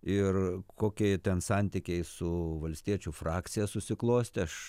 ir kokie ten santykiai su valstiečių frakcija susiklostė aš